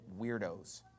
weirdos